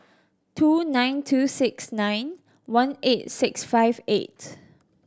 two nine two six nine one eight six five eight